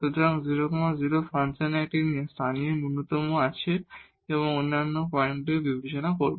সুতরাং 00 ফাংশনের একটি লোকাল মিনিমা আছে এবং এখন আমরা অন্যান্য পয়েন্টগুলি বিবেচনা করব